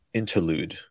interlude